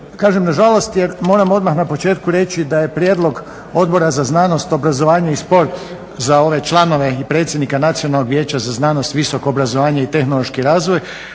Kažem nažalost jer moram odmah na početku reći da je prijedlog Odbora za znanost, obrazovanje i sport za ove članove i predsjednika Nacionalnog vijeća za znanost, visoko obrazovanje i tehnološki razvoj